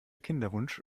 kinderwunsch